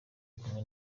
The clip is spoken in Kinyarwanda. kumwe